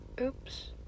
Oops